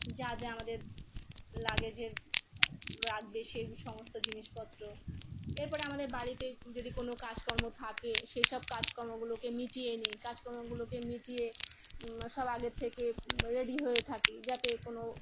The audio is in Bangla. যা যা আমাদের লাগেজের রাখবে সেই সমস্ত জিনিসপত্র এরপরে আমাদের বাড়িতে যদি কোনও কাজকর্ম থাকে সেসব কাজকর্মগুলোকে মিটিয়ে নিই কাজকর্মগুলোকে মিটিয়ে সব আগের থেকে রেডি হয়ে থাকি যাতে কোনও